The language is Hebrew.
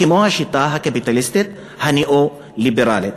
כמו השיטה הקפיטליסטית הניאו-ליברלית.